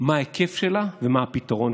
מה ההיקף שלה ומה הפתרון.